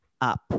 up